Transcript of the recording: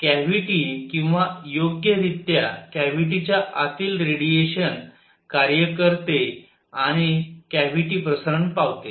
तर कॅव्हिटी किंवा योग्यरित्या कॅव्हिटीच्या आतील रेडिएशन कार्य करते आणि कॅव्हिटी प्रसरण पावते